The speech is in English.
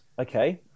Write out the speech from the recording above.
Okay